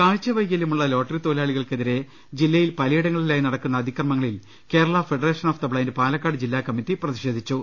കാഴ്ച വൈകല്യമുളള ല്ലോട്ടറി തൊഴിലാളികൾക്കെതിരെ ജില്ലയിൽ പലയിടങ്ങളിലായി നടക്കുന്ന അതിക്രമങ്ങളിൽ Kerala federation of the blind Palakkad ജില്ലാകമ്മറ്റി പ്രതി ഷേധിച്ചു